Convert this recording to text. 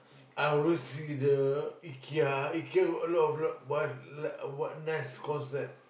I always see the Ikea Ikea got a lot a lot of what like what nice concept